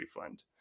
refund